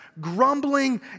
grumbling